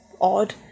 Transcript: odd